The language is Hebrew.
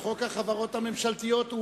החברות הממשלתיות,